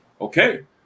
Okay